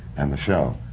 and the show.